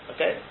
Okay